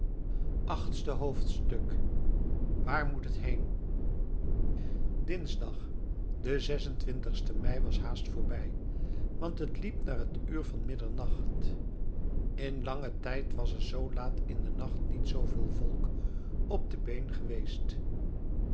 achtste hoofdstuk waar moet het heen dinsdag de zesentwintigste mei was haast voorbij want het liep naar het uur van middernacht in langen tijd was er zoo laat in den nacht niet zooveel volk op de been geweest